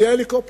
מגיע הליקופטר,